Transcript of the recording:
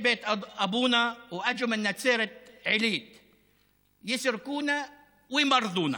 ולבסוף נכון יהיה לומר: